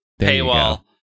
Paywall